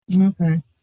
Okay